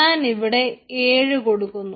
ഞാനിവിടെ 7 കൊടുക്കുന്നു